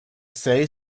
say